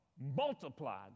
Multiplied